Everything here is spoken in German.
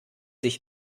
sich